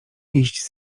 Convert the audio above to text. iść